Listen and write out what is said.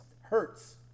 hurts